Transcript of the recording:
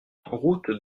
route